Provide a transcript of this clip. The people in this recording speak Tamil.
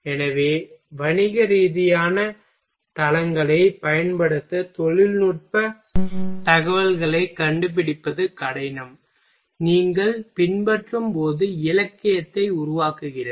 எனவே வணிகரீதியான தளங்களைப் பயன்படுத்த தொழில்நுட்ப தகவல்களைக் கண்டுபிடிப்பது கடினம் நீங்கள் பின்பற்றும்போது இலக்கியத்தை உருவாக்குகிறது